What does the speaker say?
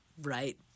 right